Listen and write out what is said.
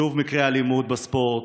שוב מקרי אלימות בספורט,